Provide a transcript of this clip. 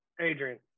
Adrian